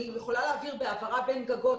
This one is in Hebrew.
אני יכולה להעביר בהעברה בין גגות,